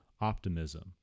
optimism